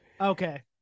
Okay